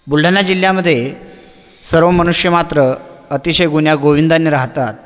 बुलढाणा जिल्ह्यामध्ये सर्व मनुष्यमात्र अतिशय गुण्या गोविंदाने राहतात